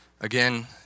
Again